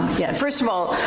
yeah. first of all,